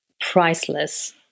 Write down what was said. priceless